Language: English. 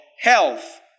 health